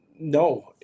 No